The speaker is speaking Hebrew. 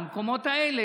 במקומות האלה,